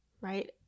right